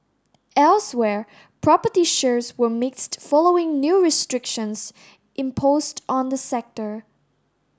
elsewhere property shares were mixed following new restrictions imposed on the sector